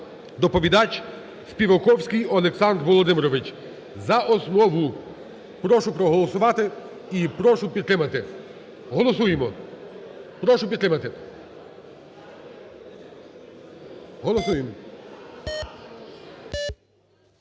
доповідач Співаковський Олександр Володимирович. За основу прошу проголосувати, і прошу підтримати, голосуємо. Прошу підтримати, голосуємо.